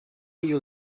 you